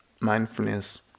mindfulness